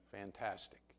Fantastic